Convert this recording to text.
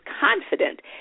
confident